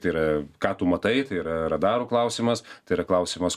tai yra ką tu matai tai yra radarų klausimas tai yra klausimas